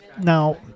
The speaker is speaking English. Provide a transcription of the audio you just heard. Now